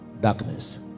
Darkness